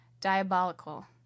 diabolical